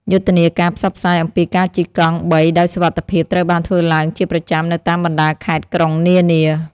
យុទ្ធនាការផ្សព្វផ្សាយអំពីការជិះកង់បីដោយសុវត្ថិភាពត្រូវបានធ្វើឡើងជាប្រចាំនៅតាមបណ្ដាខេត្តក្រុងនានា។